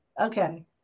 Okay